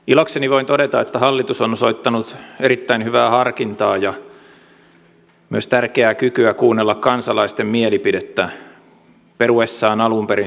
ilokseni voin todeta että hallitus on osoittanut erittäin hyvää harkintaa ja myös tärkeää kykyä kuunnella kansalaisten mielipidettä peruessaan alun perin suunnitellut sunnuntai ja ylityölisien leikkaukset